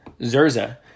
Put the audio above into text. Zerza